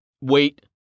Wait